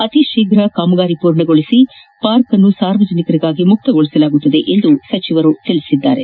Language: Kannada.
ಅತೀ ಶೀಘ ಕಾಮಗಾರಿ ಪೂರ್ಣಗೊಳಿಸಿ ಪಾರ್ಕೆನ್ನು ಸಾರ್ವಜನಿಕರಿಗಾಗಿ ಮುಕ್ತಗೊಳಿಸಲಾಗುತ್ತದೆ ಎಂದು ಅವರು ತಿಳಿಸಿದ್ದಾರೆ